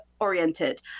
oriented